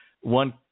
one